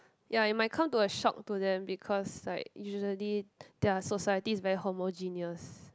ya it might come to a shock to them because like usually their society is very homogeneous